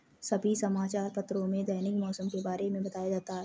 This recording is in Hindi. सभी समाचार पत्रों में दैनिक मौसम के बारे में बताया जाता है